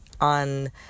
on